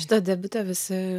šitą debiutą visi